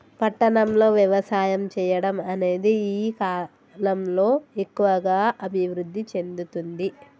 పట్టణం లో వ్యవసాయం చెయ్యడం అనేది ఈ కలం లో ఎక్కువుగా అభివృద్ధి చెందుతుంది